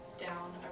down